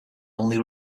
only